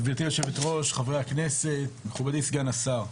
גבירתי יושבת הראש, חברי הכנסת, מכובדי סגן השר,